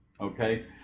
Okay